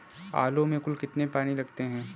आलू में कुल कितने पानी लगते हैं?